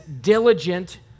diligent